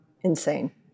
Insane